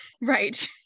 right